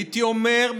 הייתי אומר,